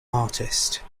artist